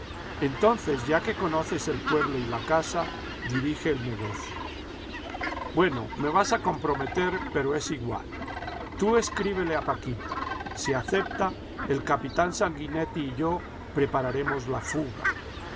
entonces ya que conoces el pueblo y la casa dirige el nogocio bueno me vas a comprometer pero es igual tú escríbele a paquita si acepta el capitán sanguinetti y yo prepararemos la fuga